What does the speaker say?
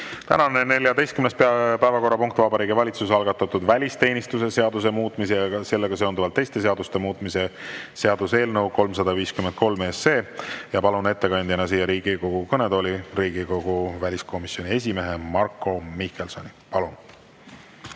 Tänane 14. päevakorrapunkt, Vabariigi Valitsuse algatatud välisteenistuse seaduse muutmise ja sellega seonduvalt teiste seaduste muutmise seaduse eelnõu 353. Palun ettekandjana siia Riigikogu kõnetooli Riigikogu väliskomisjoni esimehe Marko Mihkelsoni. Palun!